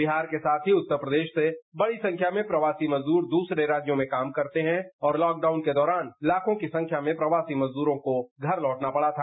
बिहार के साथ ही उत्तर प्रदेश से बड़ी संख्या में प्रवासी मजदूर दूसरे राज्यों में काम करते हैं और लॉकडाउन के दौरान लाखों की संख्या में प्रवासी मजदूरों को घर लौटना पड़ा था